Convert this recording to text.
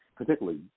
particularly